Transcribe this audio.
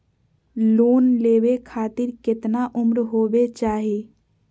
Loan लेवे खातिर केतना उम्र होवे चाही?